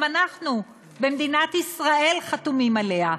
גם אנחנו במדינת ישראל חתומים עליה.